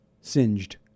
singed